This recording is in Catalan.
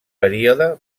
període